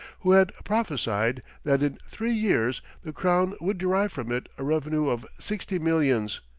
who had prophesied that in three years the crown would derive from it a revenue of sixty millions.